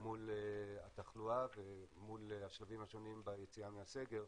מול התחלואה ומול השלבים השונים ביציאה מהסגר,